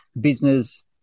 business